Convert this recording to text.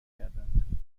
کردند